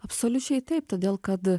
absoliučiai taip todėl kad